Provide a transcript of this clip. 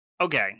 Okay